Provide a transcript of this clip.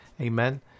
Amen